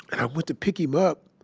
i went to pick him up,